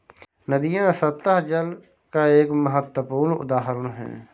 नदियां सत्तह जल का एक महत्वपूर्ण उदाहरण है